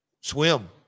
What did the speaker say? swim